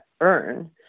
earn